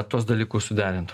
tuos dalykus suderint